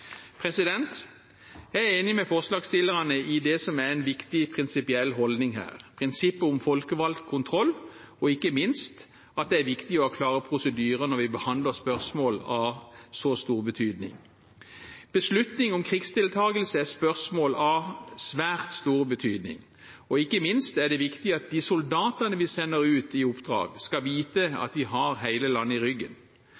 Jeg er enig med forslagsstillerne i det som er en viktig prinsipiell holdning her, prinsippet om folkevalgt kontroll og ikke minst at det er viktig å ha klare prosedyrer når vi behandler spørsmål av så stor betydning. Beslutning om krigsdeltagelse er spørsmål av svært stor betydning, og ikke minst er det viktig at de soldatene vi sender ut i oppdrag, skal vite